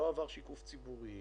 לא עבר שיקוף ציבורי,